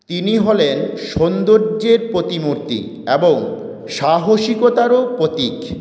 তিনি হলেন সৌন্দর্যের প্রতিমূর্তি এবং সাহসিকতারও প্রতীক